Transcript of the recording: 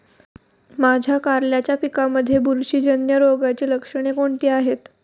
माझ्या कारल्याच्या पिकामध्ये बुरशीजन्य रोगाची लक्षणे कोणती आहेत?